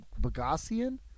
Bogassian